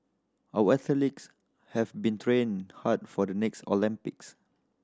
our athletes have been training hard for the next Olympics